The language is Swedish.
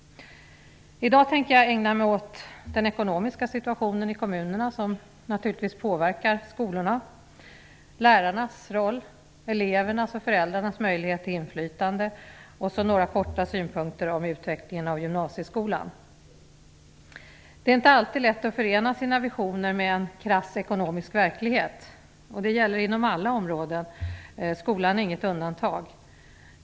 I dag tänker jag ägna mig åt den ekonomiska situationen i kommunerna, som naturligtvis påverkar skolorna, lärarnas roll, elevernas och föräldrarnas möjlighet till inflytande, och så har jag några synpunkter på utvecklingen av gymnasieskolan. Det är inte alltid lätt att förena sina visioner med en krass ekonomisk verklighet. Det gäller inom alla områden, skolan är inget undantag.